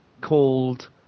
called